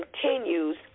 continues